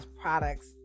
products